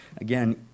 Again